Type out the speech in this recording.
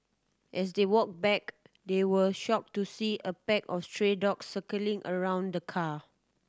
as they walked back they were shocked to see a pack of stray dogs circling around the car